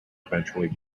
eventually